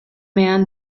man